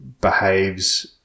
behaves